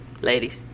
ladies